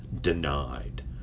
denied